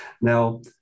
Now